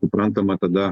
suprantama tada